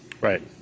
Right